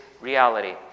reality